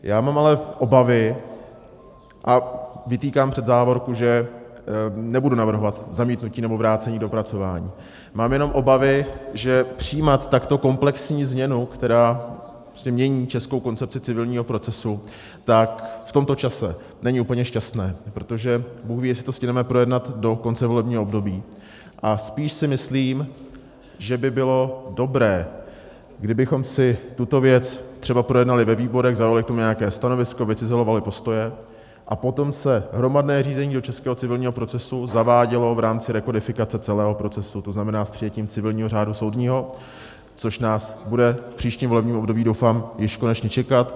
Já mám ale obavy a vytýkám před závorku, že nebudu navrhovat zamítnutí nebo vrácení k dopracování mám jenom obavy, že přijímat takto komplexní změnu, která mění českou koncepci civilního procesu, v tomto čase není úplně šťastné, protože bůhví, jestli to stihneme projednat do konce volebního období, a spíš si myslím, že by bylo dobré, kdybychom tuto věc třeba projednali ve výborech, zaujali k tomu nějaké stanovisko, vycizelovali postoje a potom se hromadné řízení do českého civilního procesu zavádělo v rámci rekodifikace celého procesu, to znamená s přijetím civilního řádu soudního, což nás bude v příštím volebním období doufám již konečně čekat.